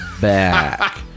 back